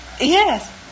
Yes